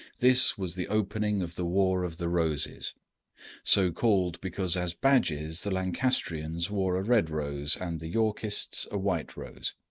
this was the opening of the war of the roses so called because as badges the lancastrians wore a red rose and the yorkists a white rose.